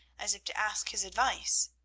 as if to ask his advice.